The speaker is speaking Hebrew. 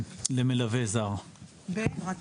למלווה זר מוערכת ב- 13,000-15,000 ₪.